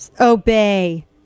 Obey